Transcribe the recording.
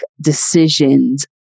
decisions